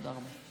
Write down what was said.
תודה רבה.